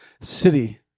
city